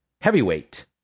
Heavyweight